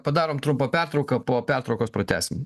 padarom trumpą pertrauką po pertraukos pratęsim